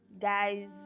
guys